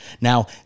Now